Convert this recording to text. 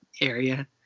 area